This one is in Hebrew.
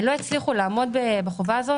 הם לא הצליחו לעמוד בחובה הזאת,